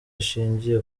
ishingiye